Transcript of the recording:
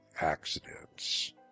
accidents